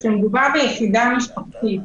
כשמדובר ביחידה משפחתית,